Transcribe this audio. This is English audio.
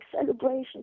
celebration